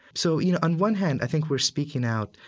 so, you know, on one hand i think we're speaking out,